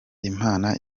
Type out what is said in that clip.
imana